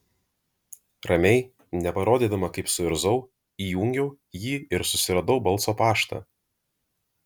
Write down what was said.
ramiai neparodydama kaip suirzau įjungiau jį ir susiradau balso paštą